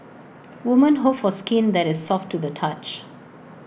women hope for skin that is soft to the touch